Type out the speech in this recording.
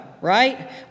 right